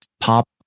pop